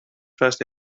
trust